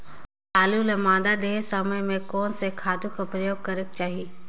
आलू ल मादा देहे समय म कोन से खातु कर प्रयोग करेके चाही?